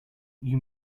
you